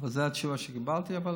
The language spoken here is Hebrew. זאת התשובה שקיבלתי, אבל